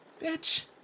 Bitch